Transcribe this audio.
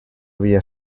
havia